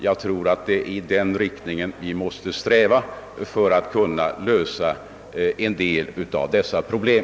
Jag tror att det är i den riktningen vi måste sträva för att kunna lösa en del av dessa problem.